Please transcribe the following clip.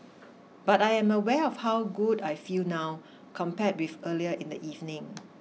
but I am aware of how good I feel now compared with earlier in the evening